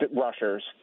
rushers